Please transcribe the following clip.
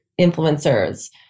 influencers